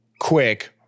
quick